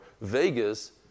Vegas